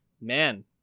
Man